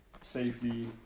safety